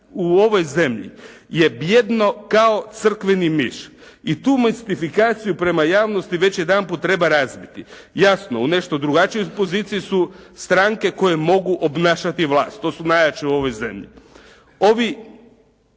u ovoj zemlji je bijedno kao crkveni miš. I tu mistifikaciju prema javnosti već jedanput treba razbiti. Jasno u nešto drugačijoj poziciji su stranke koje mogu obnašati vlast. To su najjače u ovoj zemlji.